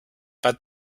but